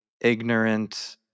ignorant